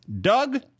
Doug